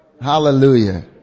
Hallelujah